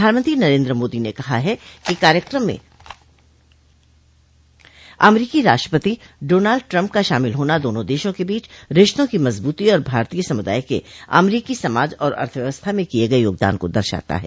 प्रधानमंत्री नरेन्द्र मोदी ने कहा है कि कार्यक्रम में अमरीकी राष्ट्रपति डोनल्ड ट्रम्प का शामिल होना दोनों देशों के बीच रिश्तों की मजबूती और भारतीय समुदाय के अमरीकी समाज और अर्थव्यवस्था में किये गये योगदान को दर्शाता है